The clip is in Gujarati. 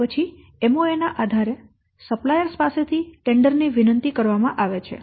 તે પછી MoA ના આધારે સપ્લાયર્સ પાસેથી ટેન્ડર ની વિનંતી કરવામાં આવે છે